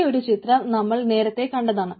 ഈ ഒരു ചിത്രം നമ്മൾ നേരത്തെ കണ്ടതാണ്